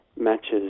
matches